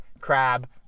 crab